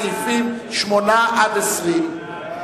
סעיפים 8 20,